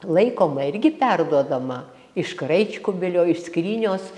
laikoma irgi perduodama iš kraičkubilio iš skrynios